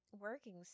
Working